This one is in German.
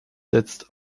setzt